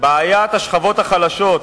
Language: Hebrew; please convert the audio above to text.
בעיית השכבות החלשות,